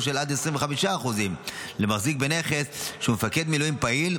של עד 25% למחזיק בנכס שהוא מפקד מילואים פעיל,